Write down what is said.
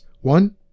One